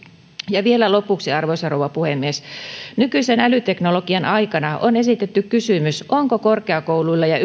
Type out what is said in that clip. ja vielä lopuksi arvoisa rouva puhemies nykyisen älyteknologian aikana on esitetty kysymys onko korkeakouluilla ja